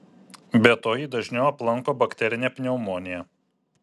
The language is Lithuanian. be to jį dažniau aplanko bakterinė pneumonija